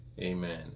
Amen